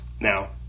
Now